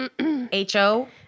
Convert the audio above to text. H-O